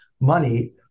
money